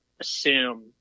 assume